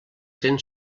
cent